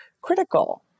critical